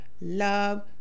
love